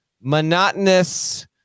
monotonous